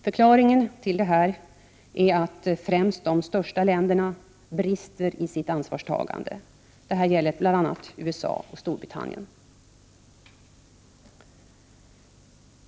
Förklaringen till detta är att främst de största länderna brister i sitt ansvarstagande. Det gäller bl.a. USA och Storbritannien.